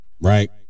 Right